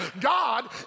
God